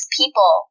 people